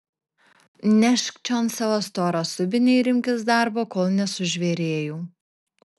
nešk čion savo storą subinę ir imkis darbo kol nesužvėrėjau